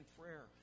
prayer